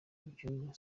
iby’ubu